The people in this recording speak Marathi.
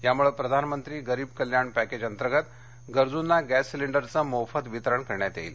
यामुळं प्रधानमंत्री गरीब कल्याण पॅकेज अंतर्गत गरजूंना गॅस सिलिंडरचं मोफत वितरण करण्यात येईल